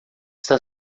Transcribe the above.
está